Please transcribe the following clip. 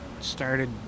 started